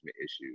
issues